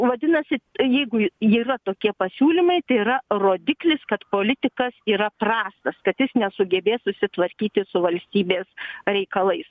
vadinasi jeigu yra tokie pasiūlymai tai yra rodiklis kad politikas yra prastas kad jis nesugebės susitvarkyti su valstybės reikalais